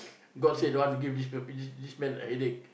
god say don't want to give this pe~ this this man a headache